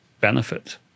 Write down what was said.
benefit